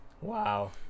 Wow